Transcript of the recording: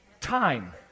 time